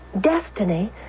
destiny